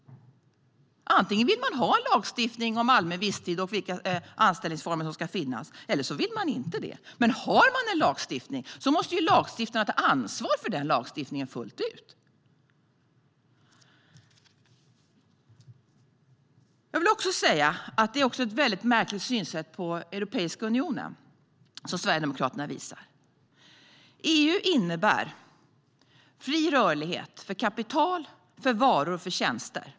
Antingen vill ha man ha en lagstiftning om allmän visstid och vilka anställningsformer som ska finnas, eller också vill man inte det. Men har man en lagstiftning måste ju lagstiftarna ta ansvar för den lagstiftningen fullt ut. Det är också ett märkligt synsätt Sverigedemokraterna har på Europeiska unionen. EU innebär fri rörlighet för kapital, varor och tjänster.